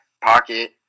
pocket